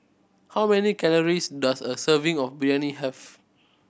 how many calories does a serving of Biryani have